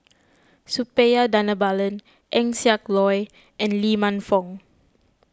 Suppiah Dhanabalan Eng Siak Loy and Lee Man Fong